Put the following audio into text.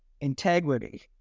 integrity